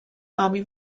army